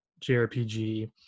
JRPG